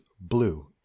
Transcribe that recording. blue